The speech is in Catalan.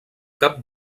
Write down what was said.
cap